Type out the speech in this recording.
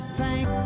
thank